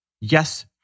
yes